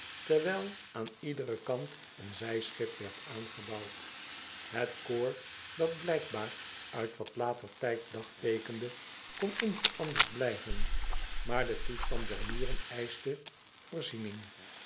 terwijl aan iederen kant een zijschip werd aangebouwd het koor dat blijkbaar uit wat later tijd dagteekende kon onveranderd blijven maar de toestand der muren eischte voorziening